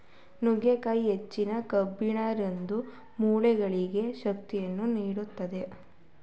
ನುಗ್ಗೆಕಾಯಿ ಹೆಚ್ಚಿನ ಕಬ್ಬಿಣವಿದ್ದು, ಮೂಳೆಗಳಿಗೆ ಶಕ್ತಿಯನ್ನು ನೀಡುತ್ತದೆ